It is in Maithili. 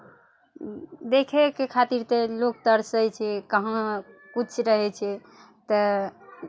देखयके खातिर तऽ लोक तरसै छै कहाँ किछु रहै छै तऽ